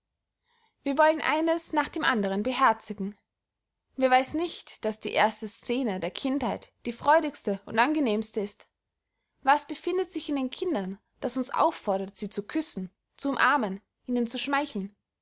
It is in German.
wir wollen eines nach dem andern beherzigen wer weiß nicht daß die erste scene der kindheit die freudigste und angenehmste ist was befindet sich in den kindern das uns auffordert sie zu küssen zu umarmen ihnen zu schmeicheln